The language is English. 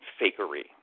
fakery